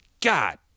God